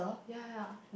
ya ya